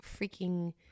freaking